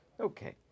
Okay